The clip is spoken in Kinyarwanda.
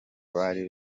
bari